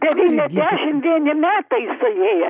devyniasdešimt vieni metai suėję